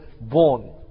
born